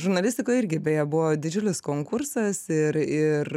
žurnalistikoj irgi beje buvo didžiulis konkursas ir ir